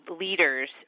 leaders